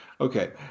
okay